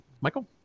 Michael